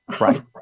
Right